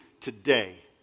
today